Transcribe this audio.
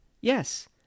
Yes